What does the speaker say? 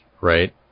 right